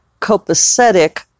copacetic